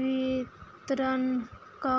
वितरणके